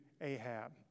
Ahab